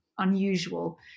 Unusual